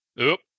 Oop